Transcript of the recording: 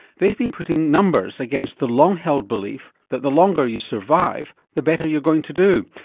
they've been putting numbers against the long held belief that the longer you survive, the better you're going to do.